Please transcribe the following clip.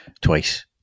twice